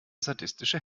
sadistische